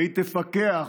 והיא תפקח